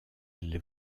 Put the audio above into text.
les